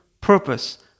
Purpose